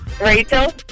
Rachel